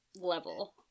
level